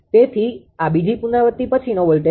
તેથી આ બીજી પુનરાવૃત્તિ પછીનો વોલ્ટેજ છે